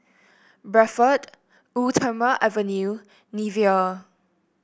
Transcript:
Bradford Eau Thermale Avene Nivea